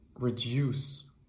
reduce